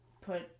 put